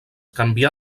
canvià